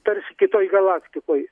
tarsi kitoj galaktikoj